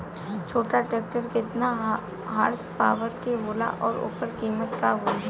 छोटा ट्रेक्टर केतने हॉर्सपावर के होला और ओकर कीमत का होई?